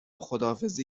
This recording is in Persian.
خداحافظی